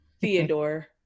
Theodore